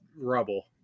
rubble